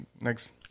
next